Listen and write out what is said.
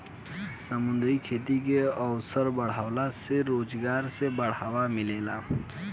समुंद्री खेती के अवसर बाढ़ला से रोजगार में बढ़ावा मिलेला